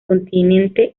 continente